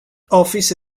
office